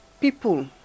people